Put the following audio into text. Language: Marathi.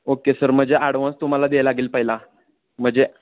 ओके सर म्हणजे ॲडव्हान्स तुम्हाला द्याय लागेल पहिला म्हणजे